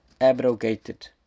abrogated